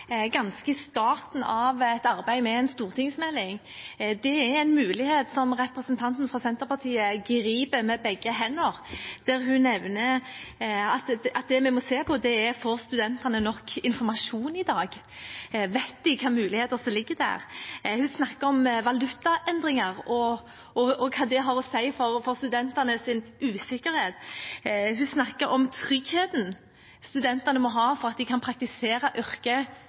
ganske i starten av et arbeid med en stortingsmelding. Det er en mulighet som representanten fra Senterpartiet griper med begge hender, der hun nevner at det vi må se på, er om studentene får nok informasjon i dag, om de vet hvilke muligheter som ligger der. Hun snakker om valutaendringer og om hva det har å si for studentenes usikkerhet. Hun snakker om tryggheten studentene må ha for å kunne praktisere yrket